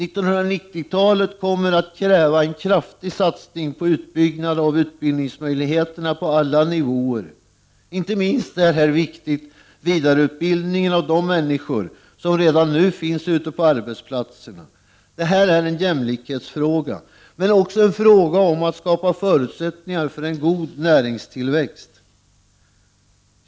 1990-talet kommer att kräva en kraftig satsning på utbyggnad av utbildningsmöjligheterna på alla nivåer. Inte minst viktig är vidareutbildningen av de människor som redan nu finns ute på arbetsplatserna. Detta är en jämlikhetsfråga, men också en fråga om att skapa förutsättningar för en god näringstillväxt.